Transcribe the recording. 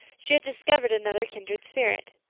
she had discovered another kindred spirit.